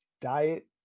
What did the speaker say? diet